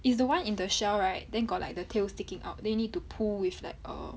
it's the one in the shell right then got like the tail sticking out then you need to pull with like err